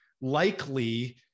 likely